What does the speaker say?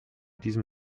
diesem